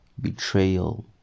betrayal